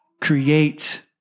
create